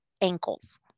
ankles